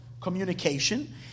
communication